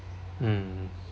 mm